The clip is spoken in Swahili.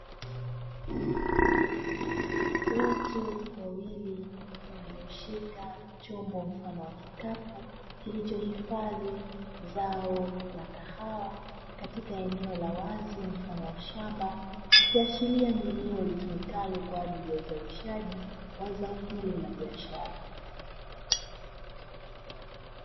Watu wawili walioshika chombo mfano wa kikapu kilichohifadhi zao la kahawa katika eneo la wazi mfano wa shamba ikiashiria ni eneo litumikalo kwa ajili ya uzalishaji wa zao hilo la biashara.